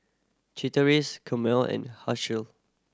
Chateraise Camel and Herschel